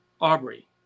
Aubrey